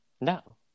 no